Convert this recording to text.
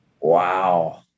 Wow